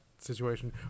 situation